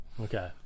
Okay